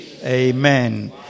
Amen